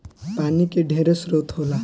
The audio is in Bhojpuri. पानी के ढेरे स्रोत होला